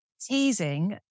teasing